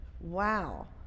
Wow